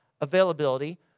availability